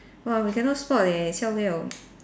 !wow! we cannot spot leh siao liao